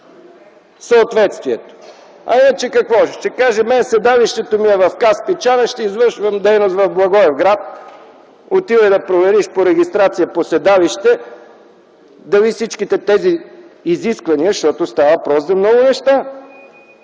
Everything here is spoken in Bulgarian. съответствието. А иначе какво? Ще кажа: „Седалището ми е в Каспичан, а ще извършвам дейност в Благоевград. Отивай да провериш според регистрацията по седалище дали всичките тези изисквания...” Защото става въпрос за много неща,